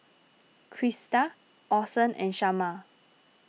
Krista Orson and Shamar